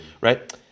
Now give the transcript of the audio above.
Right